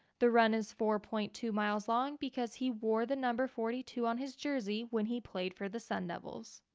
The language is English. the run is four point two miles long because he wore the number forty two on his jersey when he played for the sundevils.